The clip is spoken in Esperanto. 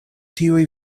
tiuj